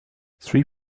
three